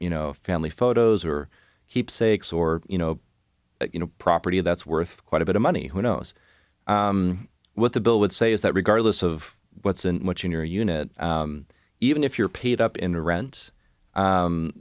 you know family photos or keepsakes or you know you know property that's worth quite a bit of money who knows what the bill would say is that regardless of what's in much in your unit even if you're paid up in rent